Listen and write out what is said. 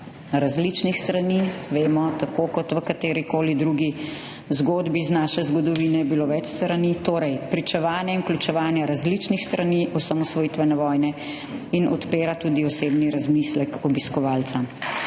Različnih strani. Vemo, tako kot v katerikoli drugi zgodbi iz naše zgodovine je bilo več strani. Torej pričevanja in vključevanja različnih strani osamosvojitvene vojne in odpira tudi osebni razmislek obiskovalca.